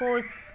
खुश